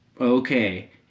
okay